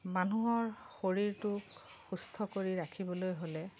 মানুহৰ শৰীৰটোক সুস্থ কৰি ৰাখিবলৈ হ'লে